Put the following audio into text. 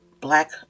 Black